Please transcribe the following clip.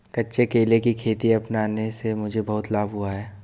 कच्चे केले की खेती अपनाने से मुझे बहुत लाभ हुआ है